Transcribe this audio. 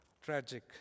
tragic